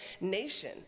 nation